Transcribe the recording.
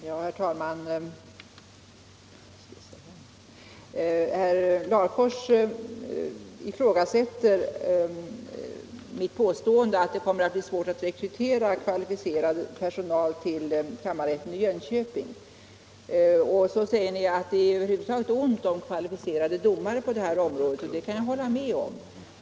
Herr talman! Herr Larfors ifrågasätter mitt påstående att det kommer att bli svårt att rekrytera kvalificerad personal till kammarrätten i Jönköping. Han säger att det över huvud taget är ont om kvalificerade domare på det här området. Det kan jag hålla med om.